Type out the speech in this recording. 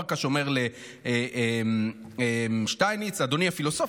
פרקש אמר לשטייניץ: "אדוני הפילוסוף,